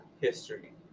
history